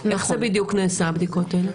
איך זה בדיוק נעשה, הבדיקות האלה?